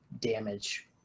damage